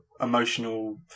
emotional